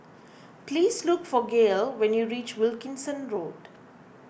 please look for Gayle when you reach Wilkinson Road